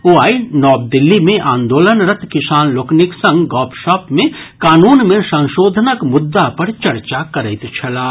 ओ आइ नव दिल्ली मे आंदोलनरत् किसान लोकनिक संग गपशप मे कानून मे संशोधनक मुद्दा पर चर्चा करैत छलाह